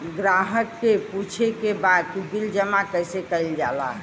ग्राहक के पूछे के बा की बिल जमा कैसे कईल जाला?